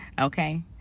Okay